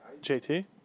JT